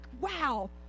wow